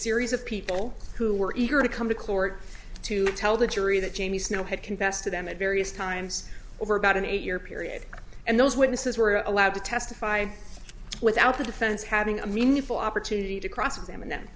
series of people who were eager to come to court to tell the jury that jamie snow had confessed to them at various times over about an eight year period and those witnesses were allowed to testify without the defense having a meaningful opportunity to cross examine them